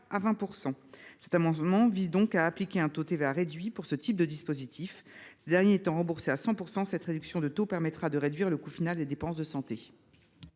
à 20 %. Cet amendement vise donc à appliquer un taux réduit de TVA à ce type de dispositif. Ces kits étant remboursés à 100 %, la réduction de taux proposée permettrait de réduire le coût final des dépenses de santé.